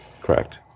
Correct